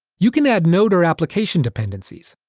you can add node or application dependencies.